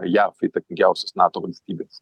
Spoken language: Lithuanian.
jav įtakingiausios nato valstybės